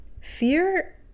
fear